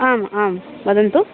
आम् आम् वदन्तु